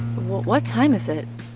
what time is it?